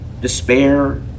despair